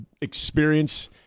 experience